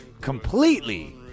completely